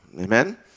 Amen